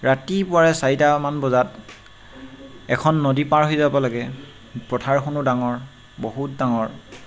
ৰাতিপুৱাৰে চাৰিটামান বজাত এখন নদী পাৰ হৈ যাব লাগে পথাৰখনো ডাঙৰ বহুত ডাঙৰ